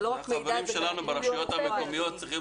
החברים שלנו ברשויות המקומיות צריכים